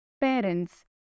parents